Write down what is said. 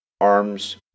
arms